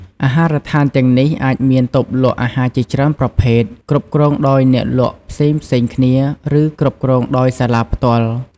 អាហារដ្ឋានទាំងនេះអាចមានតូបលក់អាហារជាច្រើនប្រភេទ គ្រប់គ្រងដោយអ្នកលក់ផ្សេងៗគ្នា ឬគ្រប់គ្រងដោយសាលាផ្ទាល់។